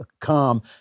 calm